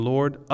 Lord